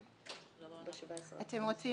אתם רוצים